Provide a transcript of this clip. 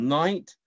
night